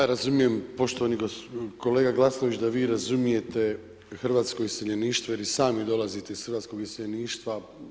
Ja razumijem poštovani kolega Glasnović da vi razumijete hrvatsko iseljeništvo jer i sami dolazite iz hrvatskog iseljeništva.